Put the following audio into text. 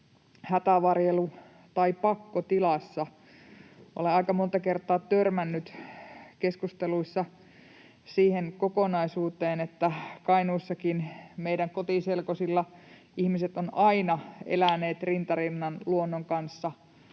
”Hätävarjelu- tai pakkotilassa” — olen aika monta kertaa törmännyt keskusteluissa siihen kokonaisuuteen, että Kainuussakin meidän kotiselkosilla ihmiset ovat aina eläneet rinta rinnan luonnon kanssa